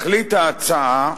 תכלית ההצעה,